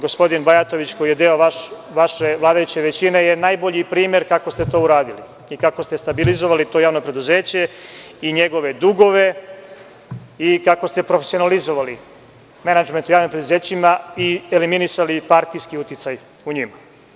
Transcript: Gospodin Bajatović, koji je deo vaše vladajuće većine, je najbolji primer kako ste to uradili i kako ste stabilizovali to javno preduzeće i njegove dugove i kako ste profesionalizovali menadžment u javnim preduzećima i eliminisali partijski uticaj u njima.